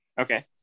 Okay